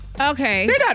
Okay